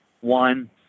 one